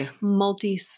multi